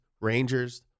Rangers